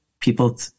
people